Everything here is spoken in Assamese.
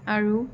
আৰু